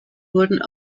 wurden